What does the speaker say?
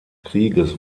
krieges